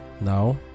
Now